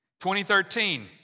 2013